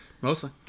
mostly